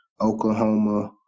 Oklahoma